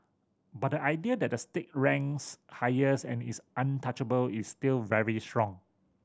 but the idea that the state ranks highest and is untouchable is still very strong